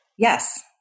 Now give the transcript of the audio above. Yes